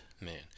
man